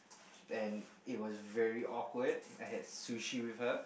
and it was very awkward I had sushi with her